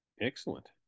Excellent